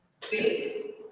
Three